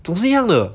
总是一样的